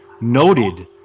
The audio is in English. noted